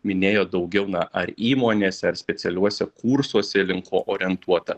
minėjo daugiau na ar įmonėse ar specialiuose kursuose link ko orientuota